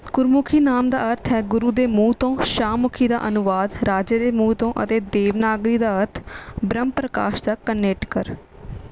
ਗੁਰਮੁਖੀ ਨਾਮ ਦਾ ਅਰਥ ਹੈ ਗੁਰੂ ਦੇ ਮੂੰਹ ਤੋਂ ਸ਼ਾਹਮੁਖੀ ਦਾ ਅਨੁਵਾਦ ਰਾਜੇ ਦੇ ਮੂੰਹ ਤੋਂ ਅਤੇ ਦੇਵਨਾਗਰੀ ਦਾ ਅਰਥ ਬ੍ਰਹਮ ਪ੍ਰਕਾਸ਼ ਦਾ